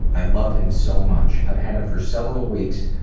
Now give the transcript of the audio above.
i love him so much. i've had him for several weeks,